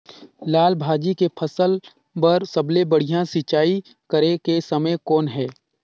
लाल भाजी के फसल बर सबले बढ़िया सिंचाई करे के समय कौन हे?